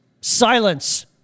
silence